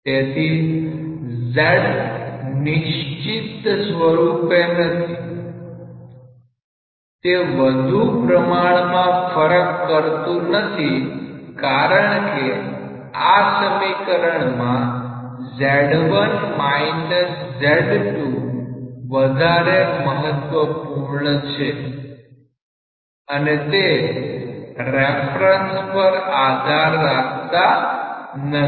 તેથી z નિશ્ચિત સ્વરૂપે નથી તે વધુ પ્રમાણમાં ફરક કરતું નથી કારણ કે આ સમીકરણમાં Z1 Z2 વધુ મહત્વપૂર્ણ છે અને તે રેફરન્સ પર આધાર રાખતા નથી